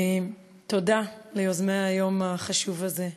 תודה ליוזמי היום החשוב הזה,